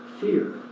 Fear